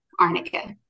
arnica